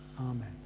Amen